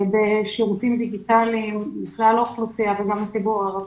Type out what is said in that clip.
בשירותים דיגיטליים לכלל האוכלוסייה וגם לציבור הערבי.